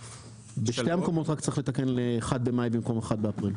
בשני המקומות צריך לתקן 1 במאי במקום 1 באפריל.